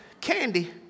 candy